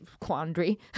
quandary